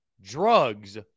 Drugs